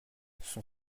son